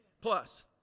Plus